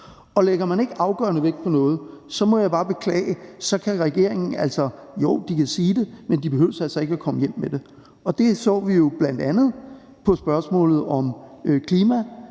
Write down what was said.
Og lægger man ikke afgørende vægt på noget, må jeg bare beklage, at så kan regeringen altså ikke, jo, de kan sige det, men behøver altså ikke at komme hjem med det. Det så vi jo bl.a. i forbindelse med spørgsmålet om klima,